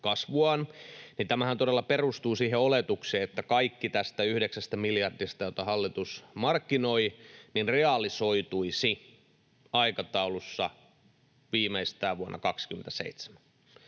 Tämähän todella perustuu siihen oletukseen, että kaikki tästä yhdeksästä miljardista, jota hallitus markkinoi, realisoituisi aikataulussa viimeistään vuonna 27.